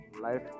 life